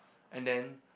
and then